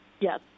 Yes